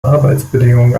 arbeitsbedingungen